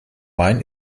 main